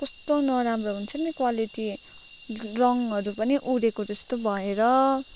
कस्तो नराम्रो हुन्छ नि त क्वालिटी रङ्गहरू पनि उडेको जस्तो भएर